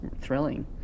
thrilling